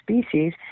species